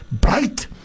bright